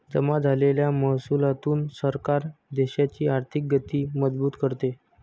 जमा झालेल्या महसुलातून सरकार देशाची आर्थिक गती मजबूत करते